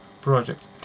project